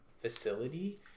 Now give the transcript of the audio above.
facility